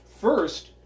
First